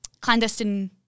clandestine